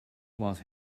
was